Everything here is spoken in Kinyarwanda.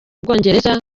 bwongereza